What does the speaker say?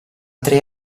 tre